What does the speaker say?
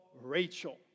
Rachel